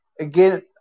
again